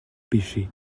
pêchez